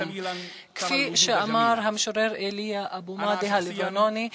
כפי שאמר המשורר איליה אבו מאדי הלבנוני: